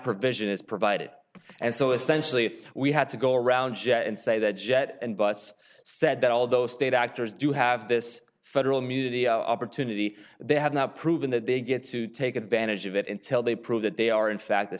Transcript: provision is provided and so essentially we had to go around and say that jet and bus said that although state actors do have this federal muti opportunity they have not proven that they get to take advantage of it until they prove that they are in fact the